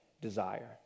desire